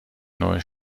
neue